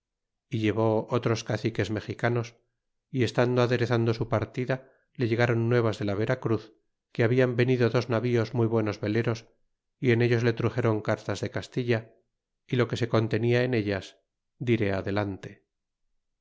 y llevó otros caciques mexicanos y estando aderezando su partida le llegaron nuevas de la vera cruz que habian venido dos navíos muy buenos veleros y en ellos le truxéron cartas de castilla y lo que se contenia en ellas diré adelante